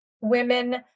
women